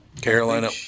Carolina